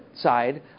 side